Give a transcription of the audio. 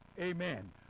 Amen